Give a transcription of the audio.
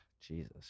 Jesus